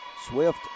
Swift